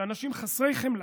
שאנשים חסרי חמלה,